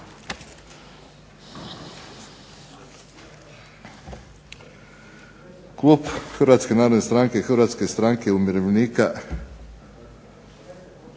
Hrvatske stranke umirovljenika